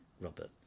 Robert